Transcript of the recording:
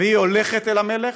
והיא הולכת אל המלך,